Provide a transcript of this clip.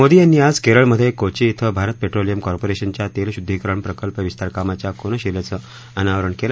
मोदी यांनी आज केरळमधे कोची श्वं भारत पेट्रोलियम कॉर्पोरेशनच्या तेलशुद्धिकरण प्रकल्प विस्तार कामाच्या कोनशिलेचं अनावरण केलं